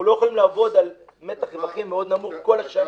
אנחנו לא יכולים לעבוד על נתח רווחים מאוד נמוך כל השנה.